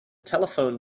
telephone